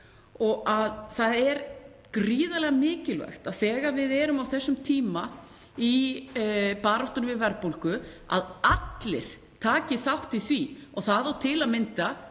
sagt að það er gríðarlega mikilvægt þegar við erum á þessum tíma í baráttunni við verðbólgu að allir taki þátt í því. Það á til að mynda